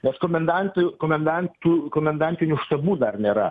nors komendantui komendantų komendantinių štabų dar nėra